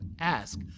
Ask